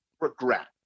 regret